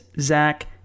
Zach